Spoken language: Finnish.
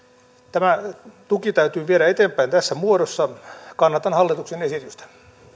tämä tuki täytyy viedä eteenpäin tässä muodossa kannatan hallituksen esitystä